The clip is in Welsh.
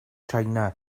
china